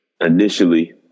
Initially